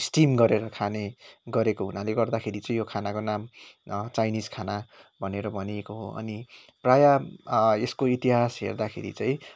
steam गरेर खाने गरेको हुनाले गर्दाखेरि चाहिँ यो खानाको नाम चाइनिज खाना भनेर भनिएको हो अनि प्रायः यसको इतिहास हेर्दाखेरि चाहिँ